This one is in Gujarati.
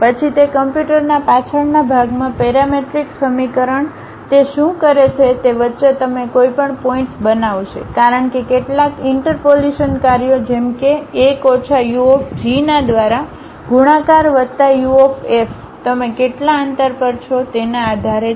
પછી તે કમ્પ્યુટરના પાછળના ભાગમાં પેરામેટ્રિક સમીકરણ તે શું કરે છે તે વચ્ચે તમે કોઈ પણ પોઇન્ટ્સ બનાવશે કારણ કે કેટલાક ઇન્ટરપોલીશન કાર્યો જેમ કે 1 ઓછા u ના દ્વારા ગુણાકાર વત્તા u તમે કેટલા અંતર પર છો તેના આધારે છે